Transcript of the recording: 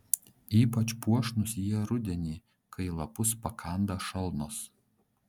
ypač puošnūs jie rudenį kai lapus pakanda šalnos